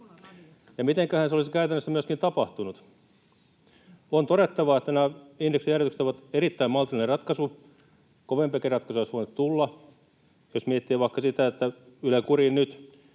Ja mitenköhän se olisi käytännössä myöskin tapahtunut? On todettava, että nämä indeksijäädytykset ovat erittäin maltillinen ratkaisu, kovempiakin ratkaisuja olisi voinut tulla — jos miettii vaikka sitä, että Yle kuriin nyt